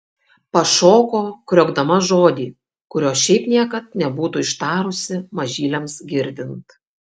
pašoko kriokdama žodį kurio šiaip niekad nebūtų ištarusi mažyliams girdint